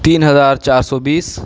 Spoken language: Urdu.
تین ہزار چار سو بیس